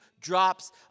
drops